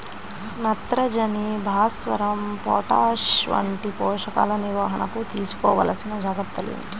నత్రజని, భాస్వరం, పొటాష్ వంటి పోషకాల నిర్వహణకు తీసుకోవలసిన జాగ్రత్తలు ఏమిటీ?